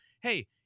hey